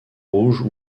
rouges